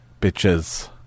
Bitches